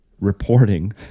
reporting